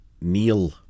Neil